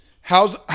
how's